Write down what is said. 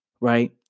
Right